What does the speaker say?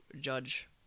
judge